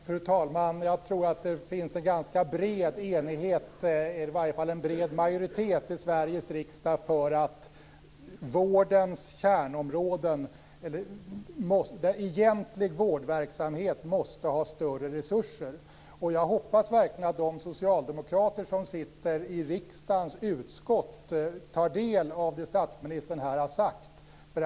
Fru talman! Jag tror att det finns en ganska bred enighet, i varje fall en bred majoritet, i Sveriges riksdag för att egentlig vårdverksamhet måste ha större resurser. Jag hoppas verkligen att de socialdemokrater som sitter i riksdagens utskott tar del av det som statsministern här har sagt.